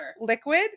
liquid